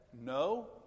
no